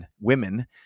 women